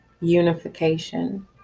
unification